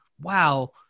wow